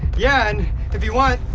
yeah, and if you want,